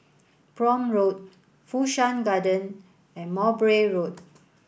Prome Road Fu Shan Garden and Mowbray Road